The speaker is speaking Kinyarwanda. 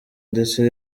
ndetse